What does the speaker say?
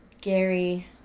Gary